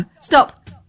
stop